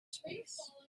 space